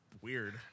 weird